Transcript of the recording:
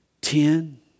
Ten